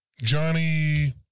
Johnny